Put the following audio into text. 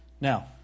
Now